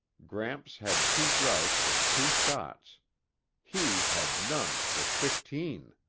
gramps had two grouse with two shots he had none with fifteen.